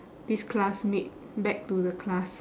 this classmate back to the class